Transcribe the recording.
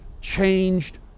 changed